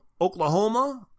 Oklahoma